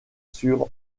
sur